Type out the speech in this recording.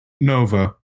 Nova